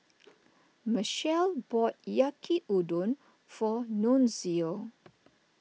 Michelle bought Yaki Udon for Nunzio